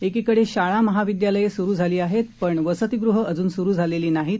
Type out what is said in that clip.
एकीकडे शाळा महाविद्यालये सुरु झाली आहेत पण वसतिगृहं अजून सुरु झालेली नाहीत